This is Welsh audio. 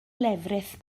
lefrith